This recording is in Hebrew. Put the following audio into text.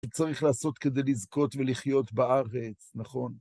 שצריך לעשות כדי לזכות ולחיות בארץ, נכון.